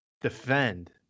defend